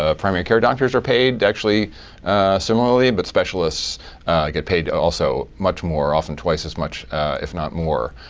ah primary care doctors are paid actually similarly. and but specialists get paid also much more, often twice as much if not more.